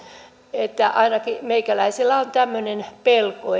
että ainakin meikäläisellä on tämmöinen pelko